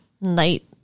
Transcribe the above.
night